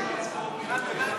(הוראות מיוחדות)